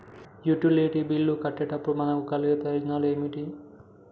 Utility బిల్లులు కట్టినప్పుడు మనకు కలిగే ప్రయోజనాలు ఏమిటి?